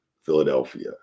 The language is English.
Philadelphia